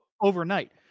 overnight